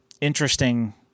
interesting